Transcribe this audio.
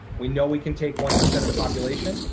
we know we can take one percent of the population.